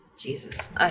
Jesus